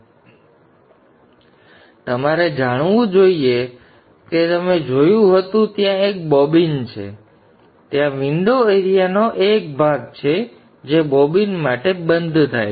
જો કે તમારે જાણવું જોઈએ કે તમે જોયું હતું કે ત્યાં એક બોબિન હતું ત્યાં વિંડો એરીયાનો એક ભાગ છે જે બોબિન માટે બંધ થાય છે